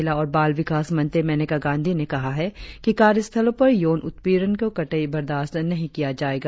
महिला और बाल विकास मंत्री मेनका गांधी ने कहा है कि कार्य स्थलो पर यौन उत्पीड़न को कतई सहन नही किया जाएगा